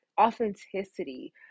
authenticity